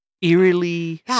eerily